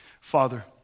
Father